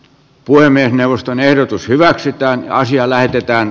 puhemiesneuvoston ehdotus hyväksytään ja lähdetään